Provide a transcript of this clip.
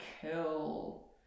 kill